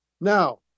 Now